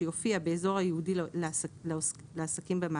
שיופיע באזור הייעודי לעסקים במאגר,